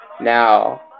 Now